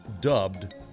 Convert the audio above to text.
dubbed